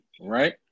right